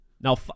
Now